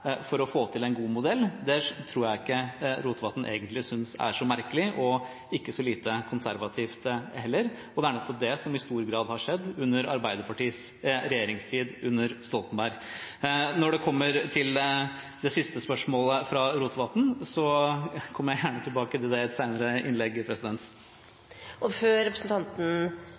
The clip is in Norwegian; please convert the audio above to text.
for å få til en god modell, tror jeg ikke Rotevatn egentlig synes er så merkelig, og ikke så lite konservativt heller. Det er nettopp det som i stor grad har skjedd under Arbeiderpartiets regjeringstid, under Stoltenberg. Når det kommer til det siste spørsmålet fra Rotevatn, kommer jeg gjerne tilbake til det i et senere innlegg. Før representanten